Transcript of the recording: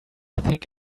think